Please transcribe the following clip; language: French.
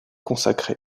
consacrés